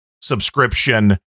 subscription